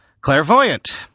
clairvoyant